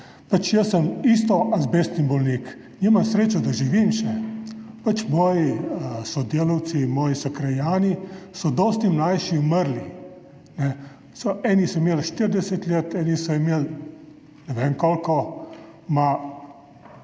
Jaz sem tudi azbestni bolnik, imam srečo, da še živim. Moji sodelavci, moji sokrajani so dosti mlajši umrli. Eni so imeli 40 let, eni so imeli ne vem koliko,